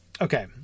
Okay